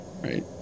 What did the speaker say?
Right